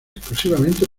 exclusivamente